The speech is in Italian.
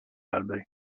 alberi